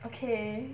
okay